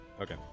Okay